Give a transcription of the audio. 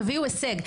תביאו הישג".